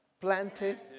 Planted